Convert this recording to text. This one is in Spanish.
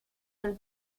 del